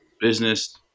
business